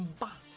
buy